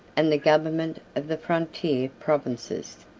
and the government of the frontier provinces.